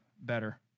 better